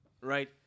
right